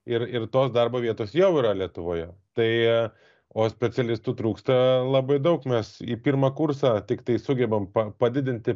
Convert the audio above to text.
ir ir tos darbo vietos jau yra lietuvoje tai o specialistų trūksta labai daug mes į pirmą kursą tiktai sugebam pa padidinti